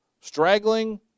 Straggling